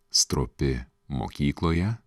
stropi mokykloje